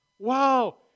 Wow